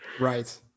Right